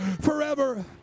forever